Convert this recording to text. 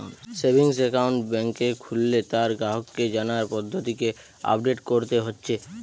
savings account বেংকে খুললে তার গ্রাহককে জানার পদ্ধতিকে আপডেট কোরতে হচ্ছে